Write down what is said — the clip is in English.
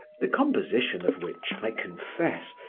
the composition of which, i confess,